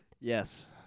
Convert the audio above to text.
Yes